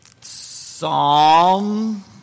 Psalm